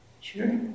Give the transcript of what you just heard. Sure